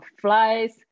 flies